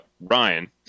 Ryan